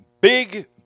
big